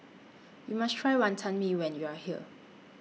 YOU must Try Wonton Mee when YOU Are here